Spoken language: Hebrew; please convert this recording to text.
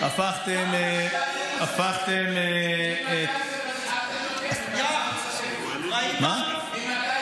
נתניהו נכנס לפני 27 שנים למשרד.